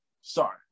Sorry